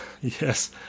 Yes